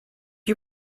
you